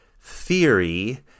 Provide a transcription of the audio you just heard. theory